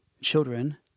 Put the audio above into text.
children